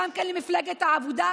וגם למפלגת העבודה,